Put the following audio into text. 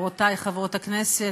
חברותיי חברות הכנסת,